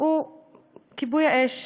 הוא כיבוי האש.